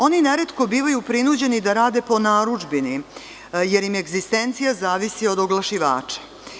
Oni neretko bivaju prinuđeni da rade po narudžbini jer im egzistencija zavisi od oglašivača.